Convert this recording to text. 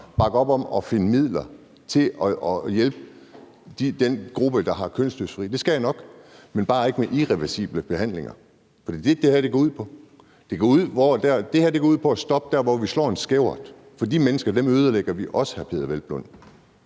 bakke op om at finde midler til at hjælpe den gruppe, der har kønsdysfori. Det skal jeg nok, men bare ikke med irreversible behandlinger, for det er ikke det, det her går ud på. Det her går ud på at stoppe dér, hvor vi slår en skævert, for de mennesker ødelægger vi også, hr. Peder Hvelplund,